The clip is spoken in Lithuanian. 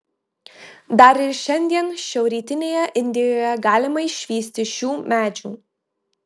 dar ir šiandien šiaurrytinėje indijoje galima išvysti šių medžių